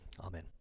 Amen